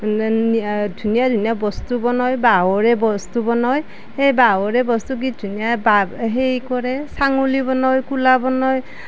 ধুনীয়া ধুনীয়া বস্তু বনায় বাঁহৰে বস্তু বনায় সেই বাঁহৰে বস্তু কি ধুনীয়া বাঁহ হেৰি কৰে চালনি বনায় কুলা বনায়